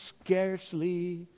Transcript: scarcely